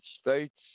States